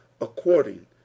according